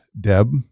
Deb